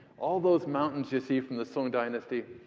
all those mountains you see from the song dynasty,